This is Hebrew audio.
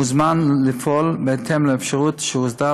מוזמן לפעול בהתאם לאפשרות שהוסדרה